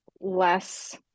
less